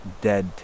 dead